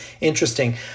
interesting